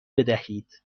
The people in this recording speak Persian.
بدهید